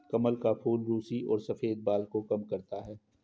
कमल का फूल रुसी और सफ़ेद बाल को कम करता है